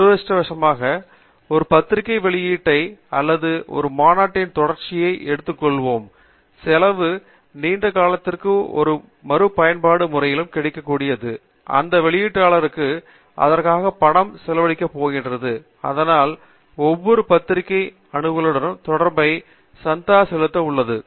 துரதிருஷ்டவசமாக ஒரு பத்திரிகை வெளியீட்டை அல்லது ஒரு மாநாட்டின் தொடர்ச்சியை எடுத்துக் கொள்ளும் செலவு நீண்ட காலத்திற்குள் ஒரு மறுபயன்பாட்டு முறையில் கிடைக்கக்கூடியது அந்தந்த வெளியீட்டாளர்களுக்கு அதற்காக பணம் செலவழிக்கப் போகிறது அதனால் ஒவ்வொரு பத்திரிகை அணுகலுடன் தொடர்புடைய சந்தா செலவும் உள்ளது